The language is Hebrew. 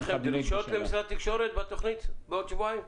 יש לכם דרישות למשרד התקשורת בתוכנית בעוד שבועיים?